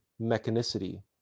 mechanicity